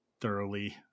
thoroughly